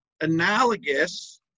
analogous